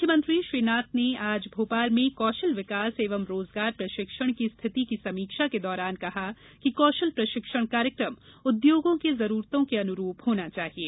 मुख्यमंत्री श्री नाथ ने आज भोपाल में कौशल विकास एवं रोजगार प्रशिक्षण की स्थिति की समीक्षा के दौरान कहा कि कौशल प्रशिक्षण कार्यक्रम उद्योगों के जरूरतों के अनुरूप होना चाहिये